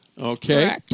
okay